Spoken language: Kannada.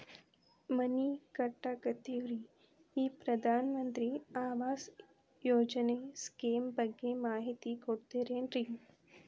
ಮನಿ ಕಟ್ಟಕತೇವಿ ರಿ ಈ ಪ್ರಧಾನ ಮಂತ್ರಿ ಆವಾಸ್ ಯೋಜನೆ ಸ್ಕೇಮ್ ಬಗ್ಗೆ ಮಾಹಿತಿ ಕೊಡ್ತೇರೆನ್ರಿ?